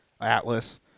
atlas